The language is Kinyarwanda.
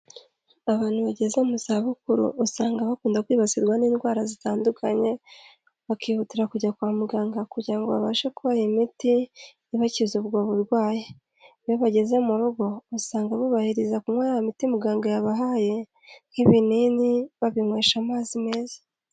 Abantu bageze mu zabukuru, usanga bakunda kwibasirwa n'indwara zitandukanye, bakihutira kujya kwa muganga kugira ngo babashe kubaha imiti, ibakiza ubwo burwayi. Iyo bageze mu rugo, usanga bubahiriza kunywa ya miti muganga yabahaye, nk'ibinini babinywesha amazi meza.